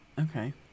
Okay